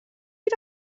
you